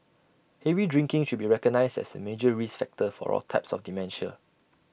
heavy drinking should be recognised as A major risk factor for all types of dementia